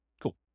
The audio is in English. Cool